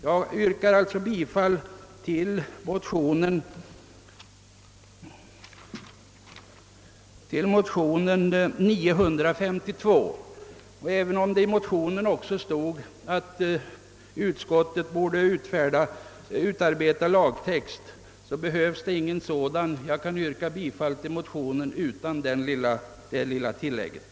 Jag yrkar alltså bifall till motionen II: 952. Jag hemställde visserligen i motionen att utskottet skulle utarbeta lagtext. Så har alltså inte skett, men trots detta kan jag yrka bifall till motionen.